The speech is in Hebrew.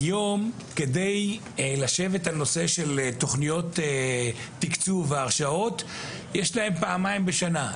היום כדי לדון על תוכניות תקצוב והרשאות יש להם דיונים פעמיים בשנה.